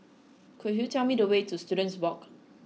could you tell me the way to Students Walk